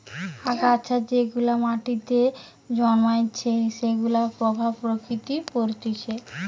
আগাছা যেগুলা মাটিতে জন্মাইছে সেগুলার প্রভাব প্রকৃতিতে পরতিছে